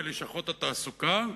בלשכות התעסוקה?